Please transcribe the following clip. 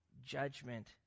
judgment